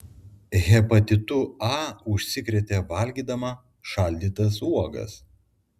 hepatitu a užsikrėtė valgydama šaldytas uogas